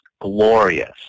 glorious